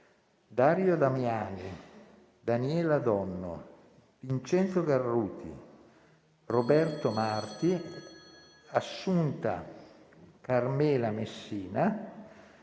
Dario Damiani, Daniela Donno, Vincenzo Garruti, Roberto Marti, Assunta Carmela Messina,